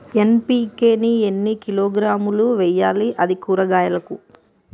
NPK ని ఎన్ని కిలోగ్రాములు వెయ్యాలి? అది కూరగాయలకు?